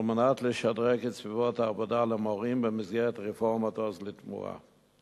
על מנת לשדרג את סביבות העבודה למורים במסגרת רפורמת "עוז לתמורה".